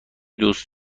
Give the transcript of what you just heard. دوست